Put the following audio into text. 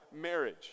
marriage